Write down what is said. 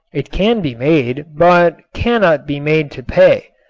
it can be made but cannot be made to pay.